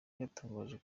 byatangajwe